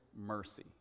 mercy